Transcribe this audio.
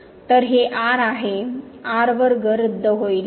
तर हे r आहे r वर्ग रद्द होईल